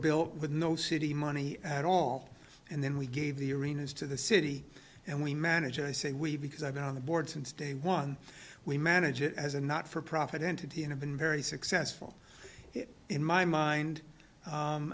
built with no city money at all and then we gave the arenas to the city and we manage i say we because i've been on the board since day one we manage it as a not for profit entity and i've been very successful in my mind